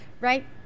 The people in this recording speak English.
right